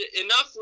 Enough